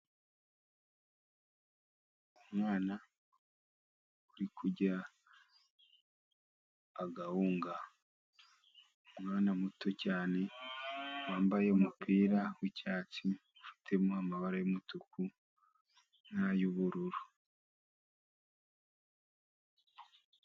Umwana uri kurya agahunga, umwana muto cyane wambaye umupira wicyatsi ufitemo amabara y'umutuku n'ay'ubururu.